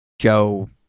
Joe